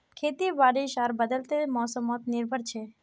खेती बारिश आर बदलते मोसमोत निर्भर छे